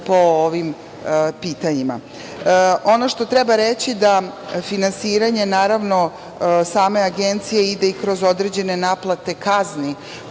po ovim pitanjima. Ono što treba reći je da finansiranje naravno same Agencije ide i kroz određena naplate kazni